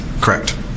Correct